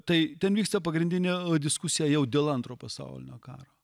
tai ten vyksta pagrindinė diskusija jau dėl antro pasaulinio karo